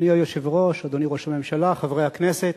אדוני היושב-ראש, אדוני ראש הממשלה, חברי הכנסת,